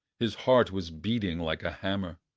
his heart was beating like a hammer,